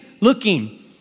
looking